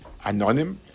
anonym